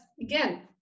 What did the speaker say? again